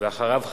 ואחריו,